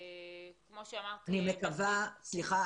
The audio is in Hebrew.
סליחה,